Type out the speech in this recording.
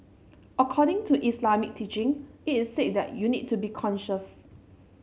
according to Islamic teaching it is said that you need to be conscious